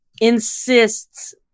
insists